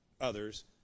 others